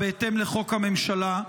השאלה, בהתאם לחוק הממשלה,